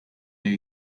new